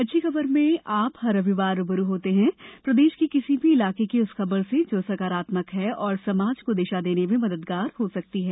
अच्छी खबर में आप हर रविवार रू ब रू होते हैं प्रदेश के किसी भी इलाके की उस खबर से जो सकारात्मक है और समाज को दिशा देने में मददगार हो सकती है